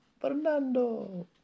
Fernando